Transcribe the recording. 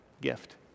gift